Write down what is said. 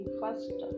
first